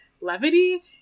levity